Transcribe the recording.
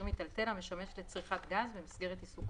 מיטלטל המשמש לצריכת גז במסגרת עיסוקו,